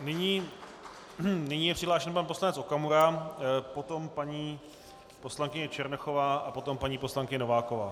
Nyní je přihlášen pan poslanec Okamura, potom paní poslankyně Černochová a potom paní poslankyně Nováková.